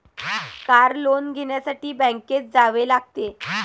car loan घेण्यासाठी बँकेत जावे लागते